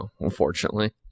unfortunately